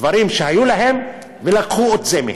דברים שהיו להם ולקחו מהם,